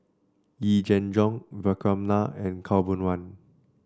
Yee Jenn Jong Vikram Nair and Khaw Boon Wan